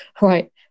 Right